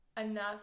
Enough